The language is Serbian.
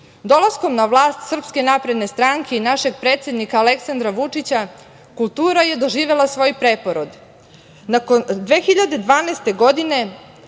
Dolaskom na vlast SNS i našeg predsednika Aleksandra Vučića, kultura je doživela svoj preporod.